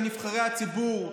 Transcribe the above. מנבחרי הציבור,